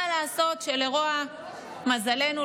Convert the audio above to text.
מה לעשות שלרוע מזלנו,